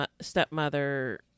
stepmother